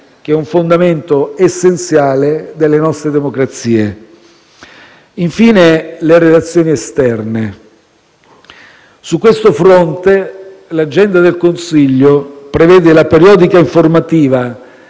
fondamento essenziale delle nostre democrazie. Infine, mi soffermo sulle relazioni esterne. Su questo fronte l'agenda del Consiglio prevede la periodica informativa